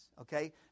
Okay